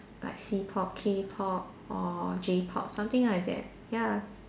like C-pop K-pop or J-pop something like that ya